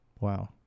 Wow